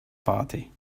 party